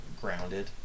grounded